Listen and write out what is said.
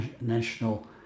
national